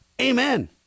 amen